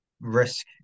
risk